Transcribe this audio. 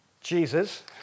Jesus